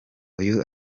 uyu